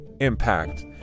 impact